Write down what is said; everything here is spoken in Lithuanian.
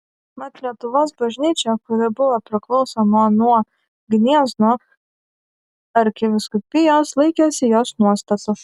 mat lietuvos bažnyčia kuri buvo priklausoma nuo gniezno arkivyskupijos laikėsi jos nuostatų